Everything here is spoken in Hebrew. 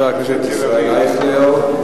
חבר הכנסת ישראל אייכלר.